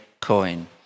coin